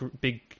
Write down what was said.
big